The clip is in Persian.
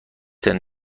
ترین